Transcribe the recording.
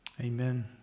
Amen